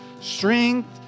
strength